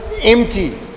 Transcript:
empty